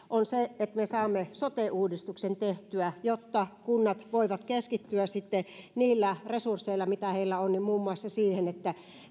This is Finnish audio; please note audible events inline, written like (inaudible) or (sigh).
(unintelligible) on että me saamme sote uudistuksen tehtyä jotta kunnat voivat keskittyä sitten niillä resursseilla mitä heillä on muun muassa siihen